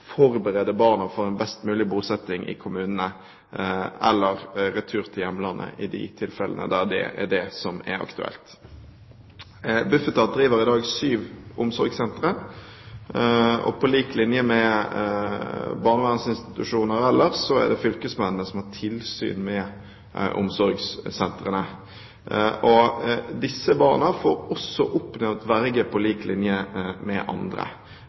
forberede barna for en best mulig bosetting i kommunene eller retur til hjemlandet i de tilfellene der det er det som er aktuelt. Bufetat driver i dag syv omsorgssentre. På lik linje med barnevernsinstitusjonene ellers er det fylkesmennene som har tilsyn med omsorgssentrene. Disse barna får også oppnevnt verge på lik linje med andre.